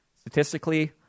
Statistically